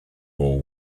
war